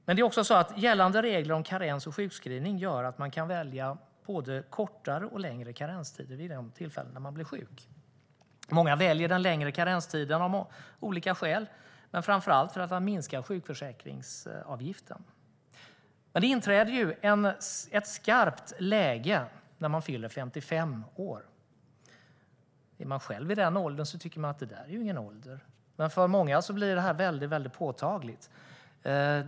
Men det är också så att gällande regler om karens och sjukskrivning gör att man kan välja både kortare och längre karenstider vid de tillfällen då man blir sjuk. Många väljer av olika skäl den längre karenstiden, men framför allt för att man minskar sjukförsäkringsavgiften. Det inträder ett skarpt läge när man fyller 55 år. Är man själv i den åldern tycker man att det inte är någon hög ålder. Men för många blir detta mycket påtagligt.